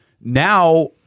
Now